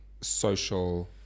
social